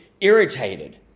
irritated